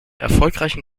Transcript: erfolgreichen